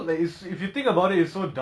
oh